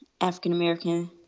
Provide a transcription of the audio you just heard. African-American